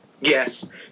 Yes